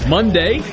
Monday